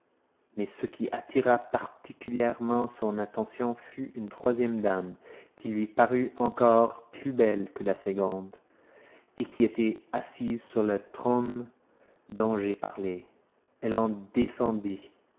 mais ce qui attira particulièrement son attention fut une troisième dame qui lui parut encore plus belle que la seconde et qui était assise sur le trône dont j'ai parlé elle en descendit